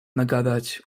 nagadać